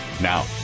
Now